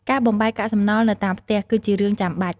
ការបំបែកកាកសំណល់នៅតាមផ្ទះ គឺជារឿងចាំបាច់។